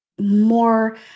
more